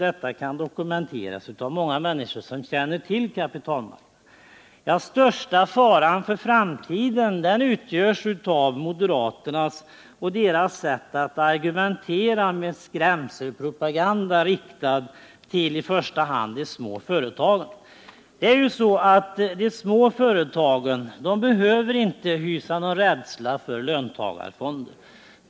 Detta kan dokumenteras av många människor, som känner till kapitalmarknaden. Den största faran för framtiden utgörs av moderaternas sätt att argumentera med skrämselpropaganda riktad till i första hand de små företagarna. De små företagen behöver inte hysa någon rädsla för löntagarfonder.